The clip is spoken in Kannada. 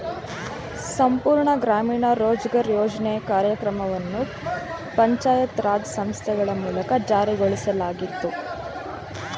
ಸಂಪೂರ್ಣ ಗ್ರಾಮೀಣ ರೋಜ್ಗಾರ್ ಯೋಜ್ನ ಕಾರ್ಯಕ್ರಮವನ್ನು ಪಂಚಾಯತ್ ರಾಜ್ ಸಂಸ್ಥೆಗಳ ಮೂಲಕ ಜಾರಿಗೊಳಿಸಲಾಗಿತ್ತು